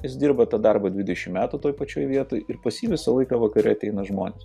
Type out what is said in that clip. jis dirba tą darbą dvidešimt metų toj pačioj vietoj ir pas jį visą laiką vakare ateina žmonės